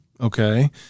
Okay